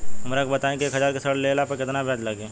हमरा के बताई कि एक हज़ार के ऋण ले ला पे केतना ब्याज लागी?